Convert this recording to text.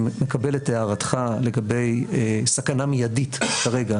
אני מקבל את הערתך לגבי סכנה מיידית כרגע